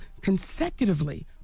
consecutively